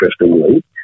interestingly